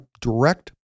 direct